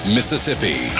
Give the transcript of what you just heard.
Mississippi